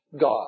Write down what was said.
God